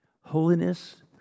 Holiness